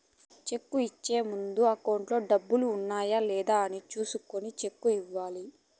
cheque ఇచ్చే ముందు అకౌంట్లో దుడ్లు ఉన్నాయా లేదా అని చూసుకొని సెక్కు ఇవ్వాలి